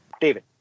David